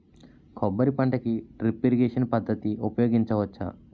కొబ్బరి పంట కి డ్రిప్ ఇరిగేషన్ పద్ధతి ఉపయగించవచ్చా?